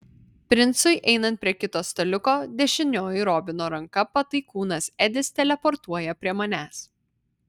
princui einant prie kito staliuko dešinioji robino ranka pataikūnas edis teleportuoja prie manęs